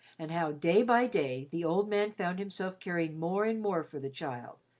and how day by day the old man found himself caring more and more for the child,